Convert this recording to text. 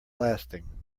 lasting